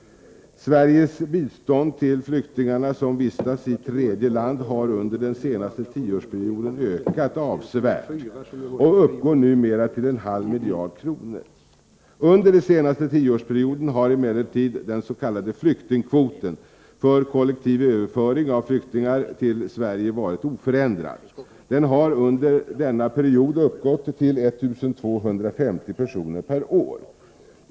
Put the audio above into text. Sveriges bistånd till flyktingarna som vistas i tredje land har under den senaste tioårsperioden ökat avsevärt och uppgår numera till en halv miljard kronor. Under den senaste tioårsperioden har emellertid den s.k. flyktingkvoten, för kollektiv överföring av flyktingar till Sverige, varit oförändrad. Den har under denna period uppgått till 1 250 personer per år.